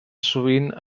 sovint